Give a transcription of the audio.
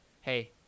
hey